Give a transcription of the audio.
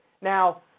Now